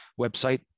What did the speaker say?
website